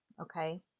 okay